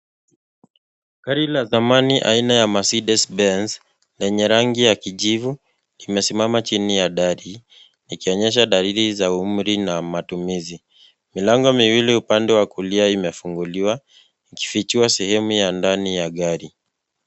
Gari la zamani aina ya Mercedes Benz lenye rangi ya kijivu imesimama chini ya dari ikionyesha dalili za umri na matumizi. Milango miwili upande wa kulia imefunguliwa ikifichua sehemu ya ndani ya gari.